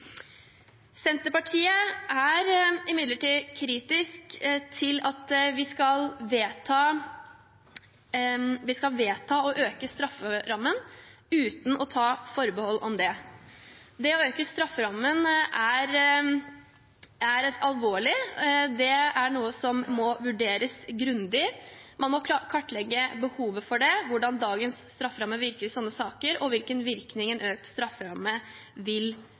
Senterpartiet er imidlertid kritisk til at vi skal vedta å øke strafferammen uten å ta forbehold. Det å øke strafferammen er alvorlig, og det er noe som må vurderes grundig. Man må kartlegge behovet for det, hvordan dagens strafferamme virker i slike saker, og hvilken virkning en økt strafferamme vil